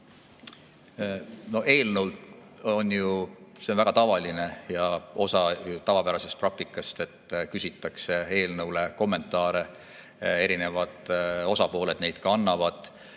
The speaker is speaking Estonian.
See on ju väga tavaline osa tavapärasest praktikast, et küsitakse eelnõu kohta kommentaare, erinevad osapooled neid ka annavad,